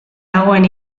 dagoen